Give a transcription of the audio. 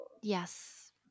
Yes